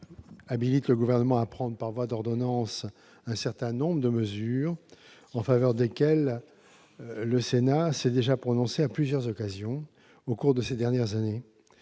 habilite le Gouvernement à prendre par voie d'ordonnances un certain nombre de mesures en faveur desquelles le Sénat s'est déjà prononcé à plusieurs occasions au cours des dernières années.